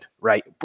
right